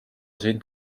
sind